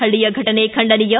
ಹಳ್ಳಿಯ ಘಟನೆ ಖಂಡನೀಯ